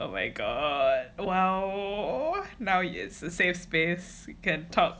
oh my god !wow! oh now is a safe space you can talk